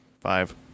Five